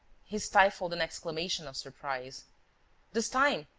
he stifled an exclamation of surprise this time,